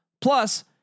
Plus